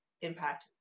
impact